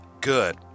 Good